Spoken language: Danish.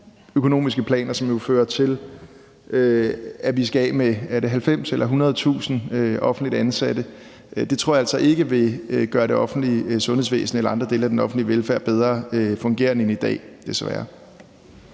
økonomiske planer, som jo fører til, at vi skal af med, er det 90.000 eller 100.000 offentligt ansatte. Det tror jeg altså ikke vil gøre det offentlige sundhedsvæsen eller andre dele af den offentlige velfærd bedre fungerende end i dag, desværre.